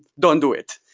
don't do it.